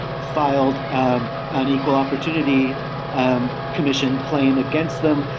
filed um an equal opportunity um commission claim against them,